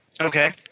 Okay